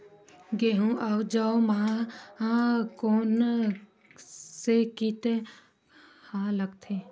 गेहूं अउ जौ मा कोन से कीट हा लगथे?